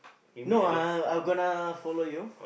no uh I'll I'm gonna follow you